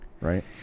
right